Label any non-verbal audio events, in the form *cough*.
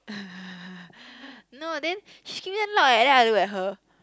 *laughs* no then she scream damn loud eh then I look at her